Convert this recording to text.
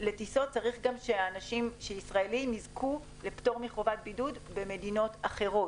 לטיסות צריך גם שישראלים יזכו לפטור מחובת בידוד במדינות אחרות.